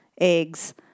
eggs